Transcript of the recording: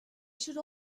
should